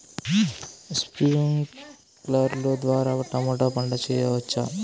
స్ప్రింక్లర్లు ద్వారా టమోటా పంట చేయవచ్చా?